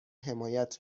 حمایت